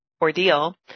ordeal